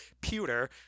pewter